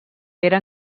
era